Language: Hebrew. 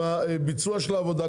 עם הביצוע של העבודה.